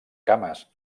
cames